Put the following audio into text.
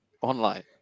online